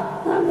אני לא זכאי?